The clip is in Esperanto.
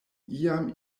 iam